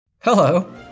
Hello